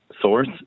source